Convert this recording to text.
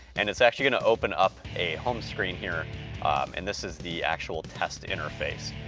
and it's actually gonna open up a home screen here and this is the actual test interface.